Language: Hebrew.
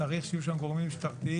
צריך שיהיו שם גורמים משטרתיים,